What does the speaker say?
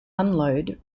unload